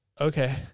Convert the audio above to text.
okay